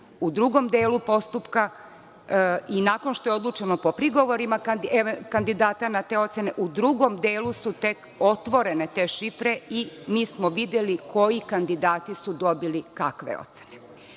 u drugom delu postupku i nakon što je odlučeno po prigovorima kandidata na te ocene, u drugom delu su tek otvorene te šifre i mi smo videli koji kandidati su dobili kakve ocene.